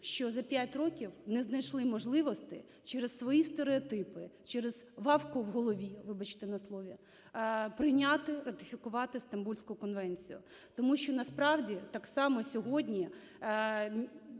що за 5 років не знайшли можливостей через свої стереотипи, через вавку в голові, вибачте на слові, прийняти, ратифікувати Стамбульську конвенцію. Тому що насправді так само сьогодні